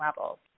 levels